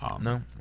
No